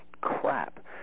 crap